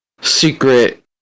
secret